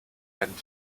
and